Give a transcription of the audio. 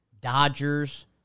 Dodgers